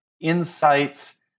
insights